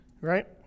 Right